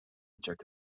eject